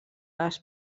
les